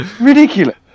Ridiculous